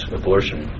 abortion